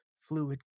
fluid